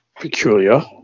peculiar